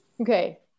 Okay